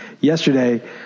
yesterday